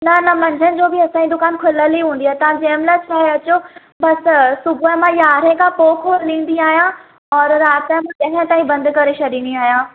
न न मंझनि जो बि असांजी दुकान खुलयल ई हूंदी आहे तव्हां जंहिं महिल समय अचो बसि सुबुह मां यारहें खां पोइ खोलंदी आहियां और रातिजा मां ॾहें ताईं बंदि करे छॾींदी आहियां